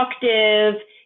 productive